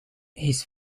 his